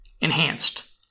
enhanced